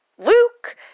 Luke